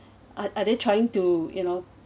are~ are they trying to you know